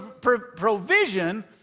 provision